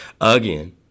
Again